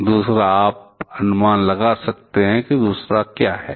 दूसरा आप अनुमान लगा सकते हैं कि दूसरा क्या है